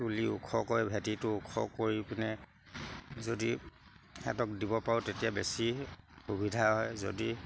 তুলি ওখ কৰে ভেটিটো ওখ কৰি পিনে যদি সেহেঁতক দিব পাৰোঁ তেতিয়া বেছি সুবিধা হয় যদি